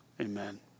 Amen